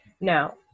Now